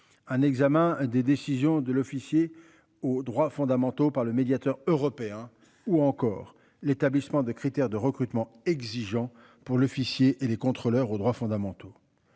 un examen des décisions de l'officier aux droits fondamentaux par le médiateur européen ou encore l'établissement de critères de recrutement exigeant pour l'officier et les contrôleurs aux droits fondamentaux.